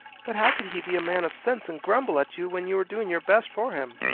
but how could he be a man of sense and grumble at you when you were doing your best for him?